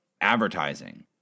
advertising